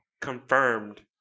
confirmed